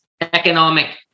economic